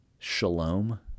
shalom